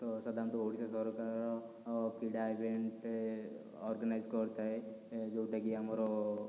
ତ ସାଧାରଣତଃ ଓଡ଼ିଶା ସରକାର କ୍ରୀଡ଼ା ଇଭେଣ୍ଟ୍ ଅର୍ଗାନାଇଜ୍ କରିଥାଏ ଯେଉଁଟା କି ଆମର